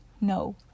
No